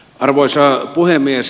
arvoisa puhemies